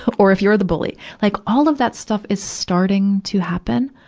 or if you're the bully. like all of that stuff is starting to happen.